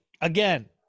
again